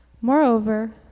Moreover